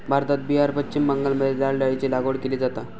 भारतात बिहार, पश्चिम बंगालमध्ये लाल डाळीची लागवड केली जाता